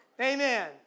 Amen